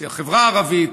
בחברה הערבית,